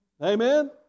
Amen